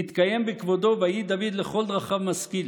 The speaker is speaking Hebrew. נתקיים בכבודו 'ויהי דוד לכל דרכיו משכיל'.